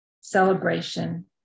celebration